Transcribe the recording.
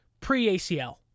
pre-ACL